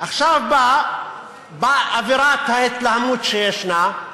עכשיו באה אווירת ההתלהמות שישנה,